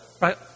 right